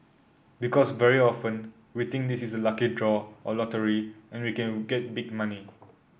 because very often we think this is a lucky draw or lottery and we can get big money